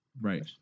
right